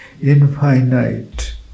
infinite